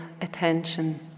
attention